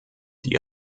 die